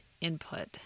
input